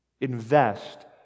Invest